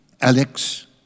Alex